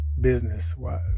business-wise